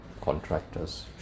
contractors